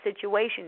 situation